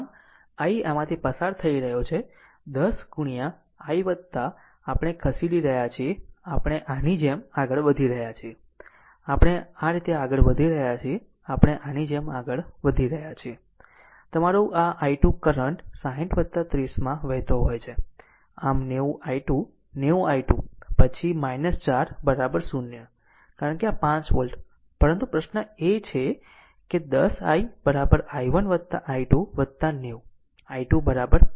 આમ i આમાંથી પસાર થઈ રહ્યો છે 10 ગુણ્યા i આપણે ખસેડીએ છીએ આપણે આની જેમ આગળ વધી રહ્યા છીએ આપણે આ રીતે આગળ વધી રહ્યા છીએ આપણે આની જેમ આગળ વધી રહ્યા છીએ તમારું આ i2 કરંટ 60 અને 30 માં વહેતો હોય છે આમ 90 i2 90 i2 પછી 4 0 કારણ કે આ 5 વોલ્ટ પરંતુ પ્રશ્ન એ છે કે 10 i i1 i2 90 i2 5 પરંતુ i2 i1